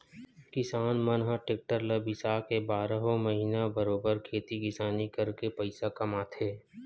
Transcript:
किसान मन ह टेक्टर ल बिसाके बारहो महिना बरोबर खेती किसानी करके पइसा कमाथे